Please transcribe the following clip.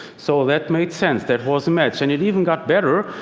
so that made sense, that was a match. and it even got better.